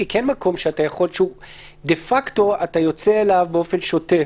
כמקום שאתה יכול - דה פקטו אתה יוצא אליו באופן שוטף,